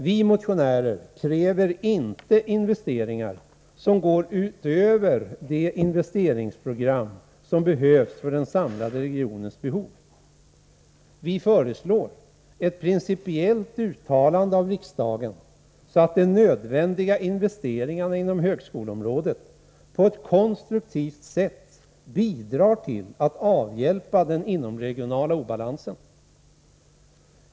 Vi motionärer kräver inte investeringar som går utöver det investeringsprogram som behövs för den samlade regionens behov. Vi föreslår ett principiellt uttalande av riksdagen, så att de nödvändiga investeringarna inom högskoleområdet på ett konstruktivt sätt bidrar till att avhjälpa den inomregionala obalansen.